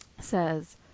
Says